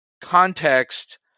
context